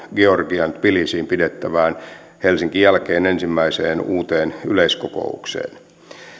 georgian tbilisiin pidettävään helsingin jälkeen ensimmäiseen uuteen yleiskokoukseen